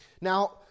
Now